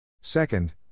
Second